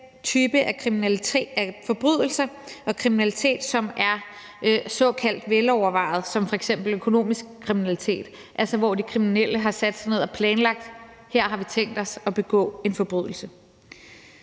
type af forbrydelser og kriminalitet, som er såkaldt velovervejet, som f.eks. økonomisk kriminalitet, altså hvor de kriminelle har sat sig ned og planlagt, at de har tænkt sig at begå en forbrydelse.